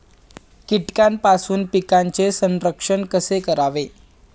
कीटकांपासून पिकांचे संरक्षण कसे करावे?